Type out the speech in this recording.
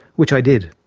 which i did.